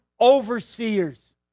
overseers